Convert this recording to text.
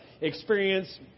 experience